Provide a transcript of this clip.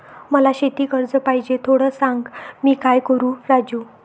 मला शेती कर्ज पाहिजे, थोडं सांग, मी काय करू राजू?